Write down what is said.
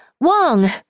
wong